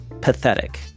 pathetic